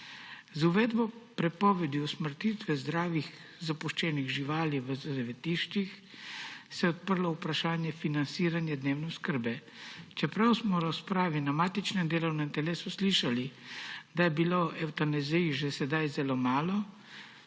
Z uvedbo prepovedi usmrtitve zdravih zapuščenih živali v zavetiščih se je odprlo vprašanje financiranja dnevne oskrbe. Čeprav smo v razpravi na matičnem delovnem telesu slišali, da je bilo evtanazij že sedaj zelo malo,